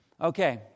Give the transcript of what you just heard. Okay